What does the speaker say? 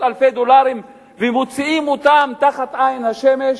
אלפי דולרים ומוציאים אותם לעין השמש?